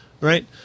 right